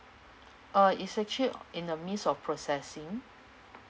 uh it's actually in the midst of processing